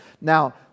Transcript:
Now